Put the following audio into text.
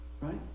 right